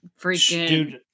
freaking